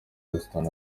houston